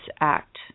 Act